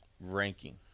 ranking